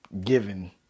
given